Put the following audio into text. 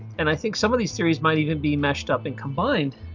and i think some of these theories might even be meshed up and combined.